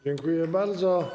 Dziękuję bardzo.